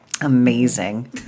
Amazing